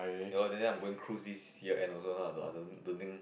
ya lor and then I'm going cruise this year end also so I don't I don't don't think